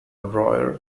royal